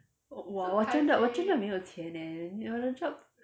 我我真的我真的没有钱 eh 你我的 job